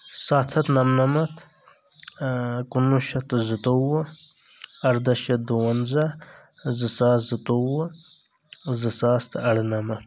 ستھ ہتھ نمنمتھ اۭ کُنوُہ شتھ تہٕ زٕتووُہ اردہ شتھ دُونزہ زٕ ساس زٕتووُہ زٕ ساس تہٕ ارنمتھ